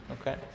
Okay